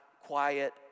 quiet